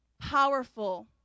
powerful